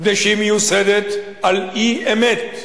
ושהיא מיוסדת על אי-אמת,